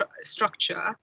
structure